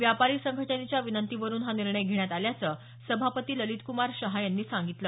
व्यापारी संघटनेच्या विनंतीवरुन हा निर्णय घेण्यात आल्याचं सभापती ललितकमार शहा यांनी सांगितलं